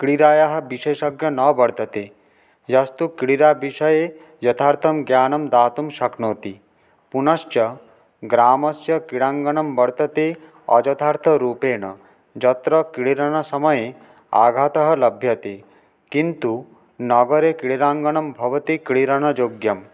क्रीडायाः विशेषज्ञः न वर्तते यस्तु क्रीडाविषये यथार्थं ज्ञानं दातुं शक्नोति पुनश्च ग्रामस्य क्रीडाङ्गणं वर्तते अयथार्थरूपेण यत्र क्रीडनसमये आघातः लभ्यते किन्तु नगरे क्रीडाङ्गणं भवति क्रीडनयोग्यं